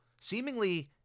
seemingly